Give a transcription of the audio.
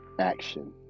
action